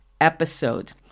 episodes